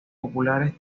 populares